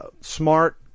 Smart